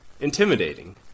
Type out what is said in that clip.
intimidating